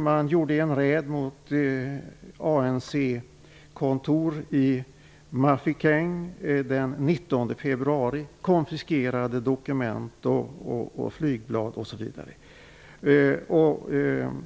Man gjorde en räd mot ANC-kontor i Mafikeng den 19 februari och konfiskerade dokument och flygblad. Man